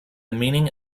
meaning